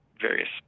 various